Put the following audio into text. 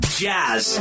jazz